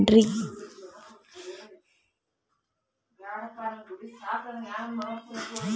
ಎಲೆಬಳ್ಳಿ ತೋಟಕ್ಕೆ ಹನಿ ನೇರಾವರಿ ಮಾಡಬಹುದೇನ್ ರಿ?